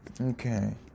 Okay